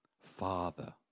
Father